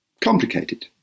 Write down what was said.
complicated